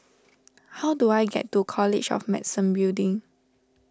how do I get to College of Medicine Building